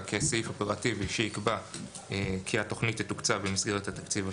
כסעיף אופרטיבי שיקבע כי התוכנית תתוקצב במסגרת התקציב השנתי.